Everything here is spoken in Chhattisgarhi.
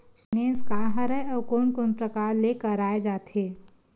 फाइनेंस का हरय आऊ कोन कोन प्रकार ले कराये जाथे?